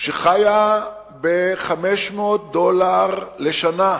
שחיה ב-500 דולר לשנה.